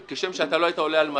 וכשם שאתה לא היית עולה על מטוס,